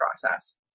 process